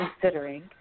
considering